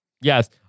Yes